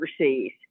overseas